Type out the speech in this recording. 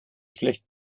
schlecht